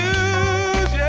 use